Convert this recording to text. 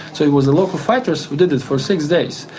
so it was the local fighters who did it for six days.